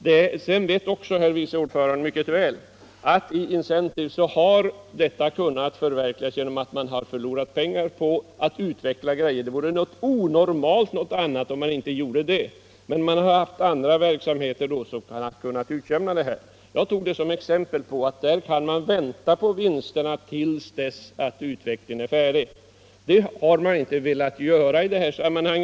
Vidare vet utskottets vice ordförande mycket väl att Incentives utveckling kunnat åstadkommas trots förluster på utveckling av olika produkter därför att man haft andra verksamheter som kunnat utjämna dem. Jag tog det som exempel på att Incentive har kunnat vänta på vinsterna till dess att utvecklingsarbetet slutförts. Det är något som man inte velat göra i detta sammanhang.